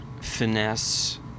finesse